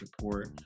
support